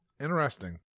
Interesting